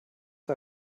der